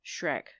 Shrek